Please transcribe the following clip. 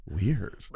Weird